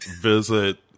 visit